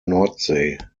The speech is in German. nordsee